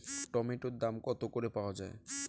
টমেটোর দাম কত করে পাওয়া যায়?